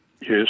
Yes